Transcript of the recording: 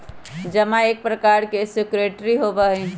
जमा एक प्रकार के सिक्योरिटी होबा हई